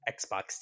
Xbox